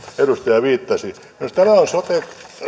edustaja viittasi minusta tämä on soten